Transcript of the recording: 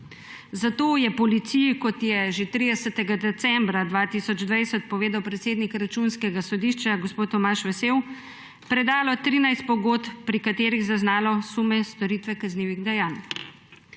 Zato je policiji, kot je že 30. decembra 2020 povedal predsednik Računskega sodišča gospod Tomaž Vesel, predalo 13 pogodb, pri katerih je zaznalo sume storitve kaznivih dejanj.